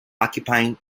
occupying